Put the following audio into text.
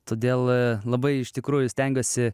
todėl labai iš tikrųjų stengiuosi